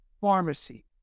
pharmacy